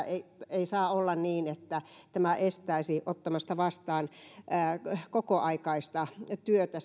ei ei saa olla niin että tämä työttömyysturvan ja suojaosan yhteys estäisi ottamasta vastaan kokoaikaista työtä